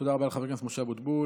תודה רבה לחבר הכנסת משה אבוטבול.